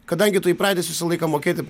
kadangi tu įpratęs visą laiką mokėti